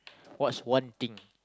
what's one thing